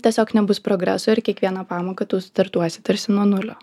tiesiog nebus progreso ir kiekvieną pamoką tu startuosi tarsi nuo nulio